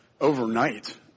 overnight